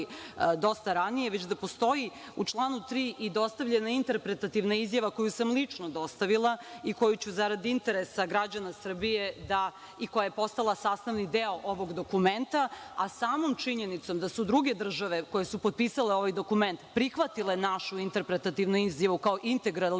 dosta ranije, već da postoji u članu tri i dostavljena interpretativna izjava koju sam lično dostavila i koju ću za rad interesa građana Srbije, i koja je postala sastavni deo ovog dokumenta. Samo činjenicom da su druge države koje su potpisale ovaj dokument prihvatile našu interpretativnu izjavu kao integralni